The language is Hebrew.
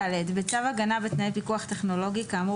(ד)בצו הגנה בתנאי פיקוח טכנולוגי כאמור